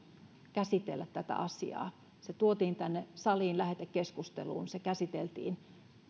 käsitellä tätä asiaa se tuotiin tänne saliin lähetekeskusteluun se käsiteltiin